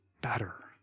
better